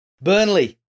Burnley